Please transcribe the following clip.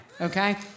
okay